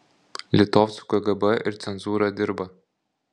litovcų kgb ir cenzūra dirba